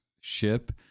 ship